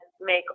make